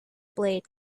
blade